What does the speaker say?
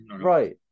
Right